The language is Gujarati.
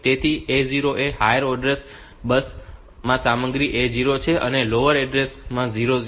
તેથી A0 એ હાયર ઓર્ડર એડ્રેસ બસ સામગ્રી A0 છે અને લોઅર ઓર્ડર એડ્રેસ 00 છે